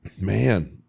man